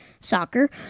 soccer